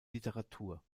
literatur